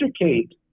educate